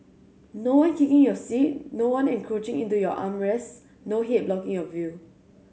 no one kicking your seat no one encroaching into your arm rest no head blocking your view